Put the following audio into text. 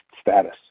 status